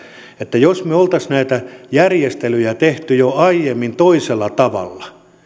että jos me olisimme näitä järjestelyjä tehneet jo aiemmin toisella tavalla